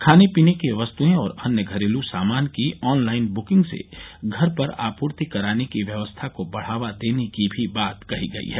खाने पीने की वस्तुएं और अन्य घरेलू सामान की ऑनलाइन बुकिंग से घर पर आपूर्ति कराने की व्यवस्था को बढ़ावा देने की बात भी कही गई है